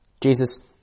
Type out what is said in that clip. Jesus